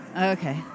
Okay